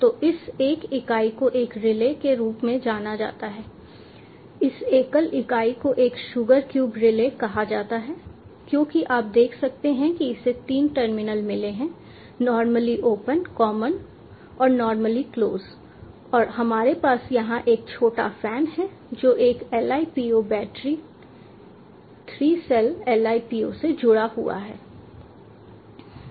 तो इस एक इकाई को एक रिले के रूप में जाना जाता है इस एकल इकाई को एक शुगर क्यूब रिले कहा जाता है क्योंकि आप देख सकते हैं कि इसे 3 टर्मिनल मिले हैं नॉर्मली ओपन कॉमन और नॉर्मली क्लोज और हमारे पास यहां यह छोटा फैन है जो एक Li po battery 3 cell Li po से जुड़ा है